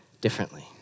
differently